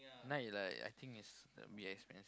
night like I think is we expand